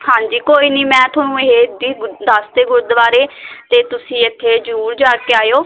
ਹਾਂਜੀ ਕੋਈ ਨਹੀਂ ਮੈਂ ਤੁਹਾਨੂੰ ਇਹ ਜੀ ਦੱਸ ਤੇ ਗੁਰਦੁਆਰੇ ਅਤੇ ਤੁਸੀਂ ਇੱਥੇ ਜ਼ਰੂਰ ਜਾ ਕੇ ਆਇਓ